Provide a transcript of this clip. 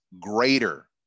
greater